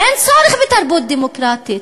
אין צורך בתרבות דמוקרטית.